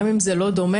גם אם זה לא דומה,